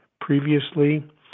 previously